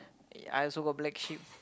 I also got black sheep